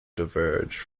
diverged